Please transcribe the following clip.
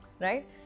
right